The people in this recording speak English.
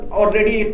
already